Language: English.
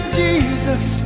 jesus